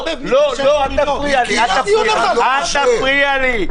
אל תפריע לי.